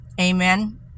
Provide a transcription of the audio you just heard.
amen